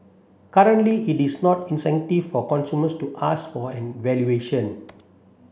currently it is not incentive for consumers to ask for an evaluation